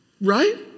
Right